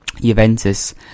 Juventus